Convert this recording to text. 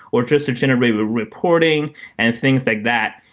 or just to generate reporting and things like that,